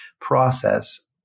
process